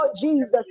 Jesus